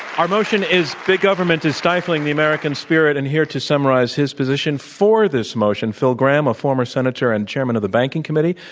our motion is big government is stifling the american spirit and here to summarize his position for this motion is phil gramm, a former senator and chairman of the banking committee,